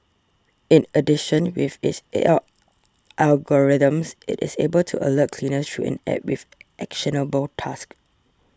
in addition with its A I algorithms it is able to alert cleaners through an App with actionable tasks